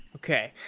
okay.